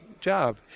job